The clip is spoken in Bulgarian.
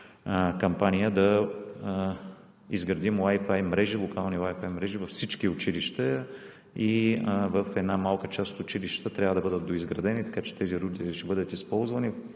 кампания да изградим локални Wi-Fi мрежи във всички училища, а в малка част от училищата трябва да бъдат доизградени, така че тези рутери ще бъдат използвани.